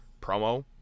promo